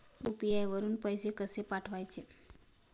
UPI वरून पैसे कसे पाठवायचे?